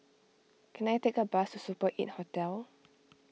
can I take a bus to Super eight Hotel